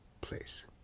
place